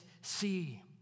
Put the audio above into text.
see